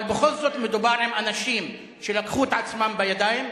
אבל בכל זאת מדובר באנשים שלקחו את עצמם בידיים.